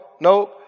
no